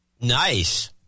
Nice